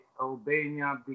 Albania